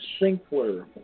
Sinkler